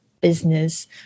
business